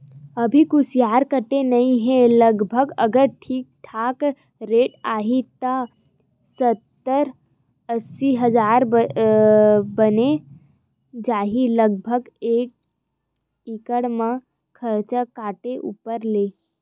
अभी कुसियार कटे नइ हे लगभग अगर ठीक ठाक रेट आही त सत्तर अस्सी हजार बचें जाही लगभग एकड़ म खरचा काटे ऊपर ले